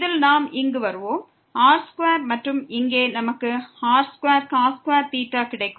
இதில் நாம் இங்கு வருவோம் r2 மற்றும் இங்கே நமக்கு r2 கிடைக்கும்